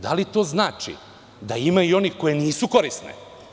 Da li to znači da ima i onih koje nisu korisne?